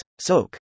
SOAK